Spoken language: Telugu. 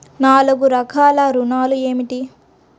నాలుగు రకాల ఋణాలు ఏమిటీ?